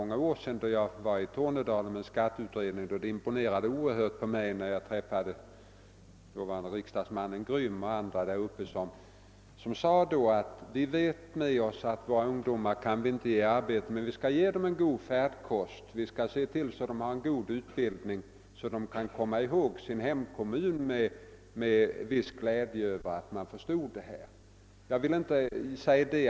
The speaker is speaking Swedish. Jag erinrar mig också i sammanhanget en resa i Tornedalen för många år sedan, då jag träffade riksdagsman Grym och blev oerhört imponerad av vad han sade, nämligen att vi vet att vi i dag inte kan ge våra ungdomar arbete, men vi skall ge dem en god färdkost; vi skall se till att de får en god utbildning, så att de kan minnas sin hemkommun med glädje och säga att man förstod deras behov i kommunen.